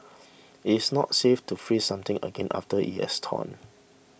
it is not safe to freeze something again after it has thawed